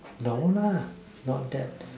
no lah not that